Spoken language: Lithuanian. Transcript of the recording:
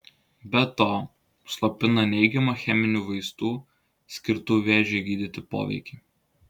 be to slopina neigiamą cheminių vaistų skirtų vėžiui gydyti poveikį